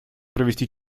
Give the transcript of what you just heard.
провести